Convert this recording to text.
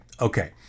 Okay